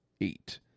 eight